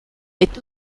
est